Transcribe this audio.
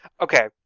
Okay